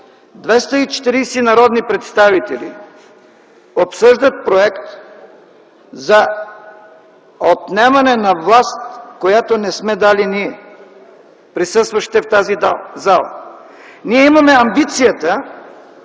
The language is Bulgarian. народни представители обсъждат проект за отнемане на власт, която не сме дали ние, присъстващите в тази зала. Ние имаме амбицията,